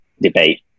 debate